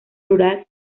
rural